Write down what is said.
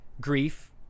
grief